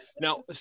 Now